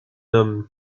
homme